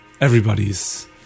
Everybody's